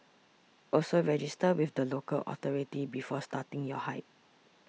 also register with the local authority before starting your hike